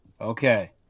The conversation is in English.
Okay